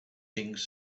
things